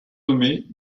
nommer